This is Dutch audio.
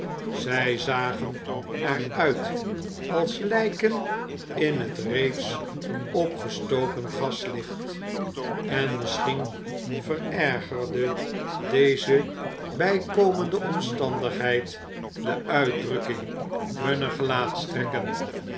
zij zagen er uit als lijken in het reeds opgestoken gaslicht en misschien verergerde deze bykomende omstandigheid de uitdrukking hunner